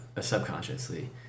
subconsciously